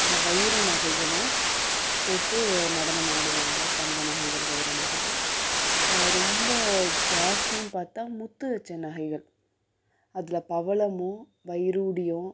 அப்புறம் வைர நகைகளும் போட்டு நடனம் ஆடுவாங்க தங்க நகைகள் வைர நகைகள் ரொம்ப ஜாஸ்தின்னு பார்த்தா முத்து வச்ச நகைகள் அதில் பவளமும் வைடூரியம்